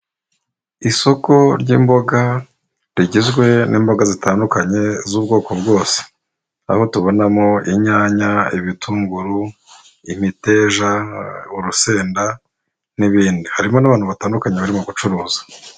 Isoko ry'imboga rigizwe n'imboga zitandukanye z'ubwoko bwose aho tubonamo inyanya, ibitunguru, imiteja, urusenda n'ibindi harimo n'abantu batandukanye barimo gucuruza.